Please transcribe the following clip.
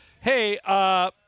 hey